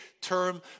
term